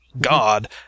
God